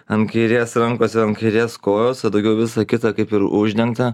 ant kairės rankos ir ant kairės kojos o daugiau visą kita kaip ir uždengta